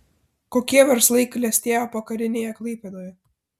kokie verslai klestėjo pokarinėje klaipėdoje